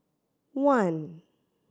one